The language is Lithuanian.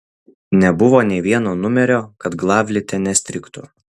nebuvo nė vieno numerio kad glavlite nestrigtų